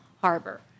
harbor